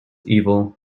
evil